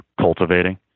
cultivating